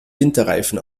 winterreifen